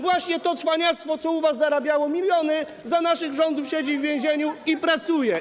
Właśnie to cwaniactwo, co u was zarabiało miliony, za naszych rządów siedzi w więzieniu i pracuje.